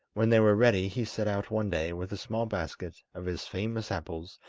when they were ready, he set out one day with a small basket of his famous apples,